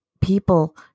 people